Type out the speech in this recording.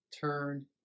Turn